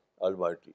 Almighty